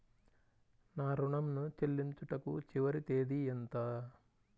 నా ఋణం ను చెల్లించుటకు చివరి తేదీ ఎంత?